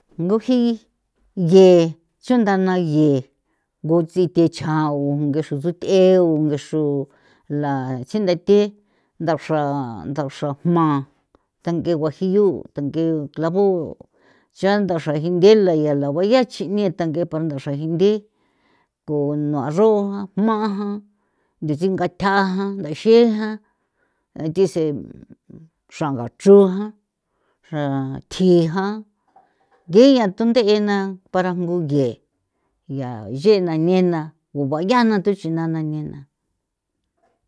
Nguji ge chundana ge gu tsithe chjan o ngutsi tsuthje u ngexru la tsindathe ndaxra ndaxra jma thank'e guajillu' thank'e clavo cha ndaxra jinde la ya la bayee chijni thang'e para ndaxra jindi ko nua aro jma jan ndatsinga tha jan ndaxen jan nya thi tse xranga tsujan xra tji jan nge ñan thunde'e na para nguye ya xena nena ko baya' na tuchina na nena.